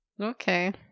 Okay